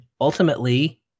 ultimately